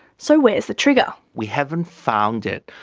so where is the trigger? we haven't found it.